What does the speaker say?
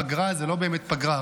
פגרה זה לא באמת פגרה,